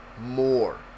more